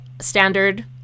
standard